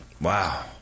wow